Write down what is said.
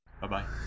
Bye-bye